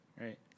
right